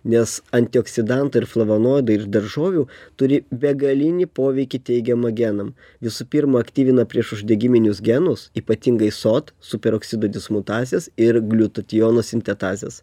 nes antioksidantai ir flavonoidai iš daržovių turi begalinį poveikį teigiamą genam visų pirma aktyvina priešuždegiminius genus ypatingai sot su peroksidu dismutacijas ir gliutotijono sintetazes